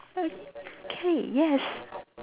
okay yes